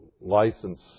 license